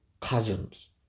cousins